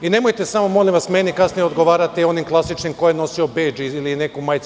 Nemojte samo, molim vas, meni kasnije odgovarati o onim klasičnim, ko je nosio bedž ili neku majicu.